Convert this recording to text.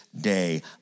day